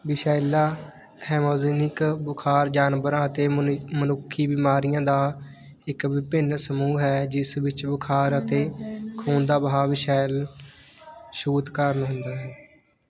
ਵਿਸ਼ੈਲਾ ਹੈਮੋਜ਼ੀਨਿਕ ਬੁਖਾਰ ਜਾਨਵਰਾਂ ਅਤੇ ਮਨੁੱਈ ਮਨੁੱਖੀ ਬਿਮਾਰੀਆਂ ਦਾ ਇੱਕ ਵਿਭਿੰਨ ਸਮੂਹ ਹੈ ਜਿਸ ਵਿੱਚ ਬੁਖਾਰ ਅਤੇ ਖੂਨ ਦਾ ਵਹਾਅ ਵਿਸ਼ੈਲੇ ਛੂਤ ਕਾਰਨ ਹੁੰਦਾ ਹੈ